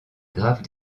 graves